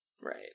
Right